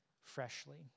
freshly